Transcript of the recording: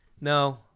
No